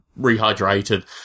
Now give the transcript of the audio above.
rehydrated